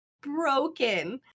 broken